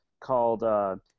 called –